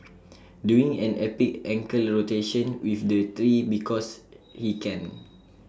doing an epic ankle rotation with the tree because he can